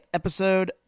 episode